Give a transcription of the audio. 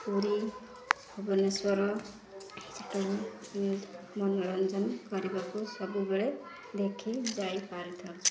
ପୁରୀ ଭୁବନେଶ୍ୱର ମନୋରଞ୍ଜନ କରିବାକୁ ସବୁବେଳେ ଦେଖି ଯାଇପାରୁଥାଉ